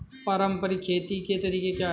पारंपरिक खेती के तरीके क्या हैं?